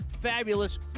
Fabulous